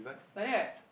like that